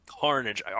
Carnage